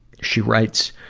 she writes,